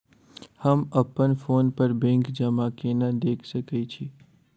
हम अप्पन फोन पर बैंक जमा केना देख सकै छी?